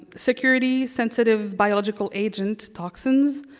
security sensitive biological agent toxins.